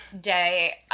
day